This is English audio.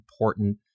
important